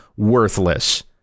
Worthless